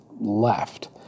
left